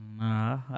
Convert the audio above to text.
Nah